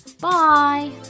Bye